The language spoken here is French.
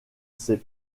ses